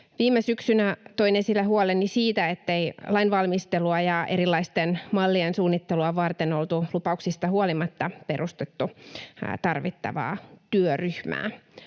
Viime syksynä toin esille huoleni siitä, ettei lainvalmistelua ja erilaisten mallien suunnittelua varten oltu lupauksista huolimatta perustettu tarvittavaa työryhmää.